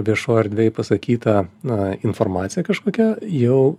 viešoj erdvėj pasakyta na informacija kažkokia jau